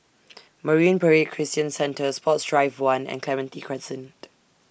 Marine Parade Christian Centre Sports Drive one and Clementi Crescent